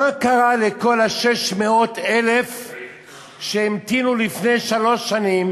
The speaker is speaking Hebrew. מה קרה לכל ה-600,000 שהמתינו לפני שלוש שנים